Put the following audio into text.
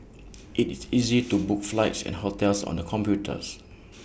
IT is easy to book flights and hotels on the computers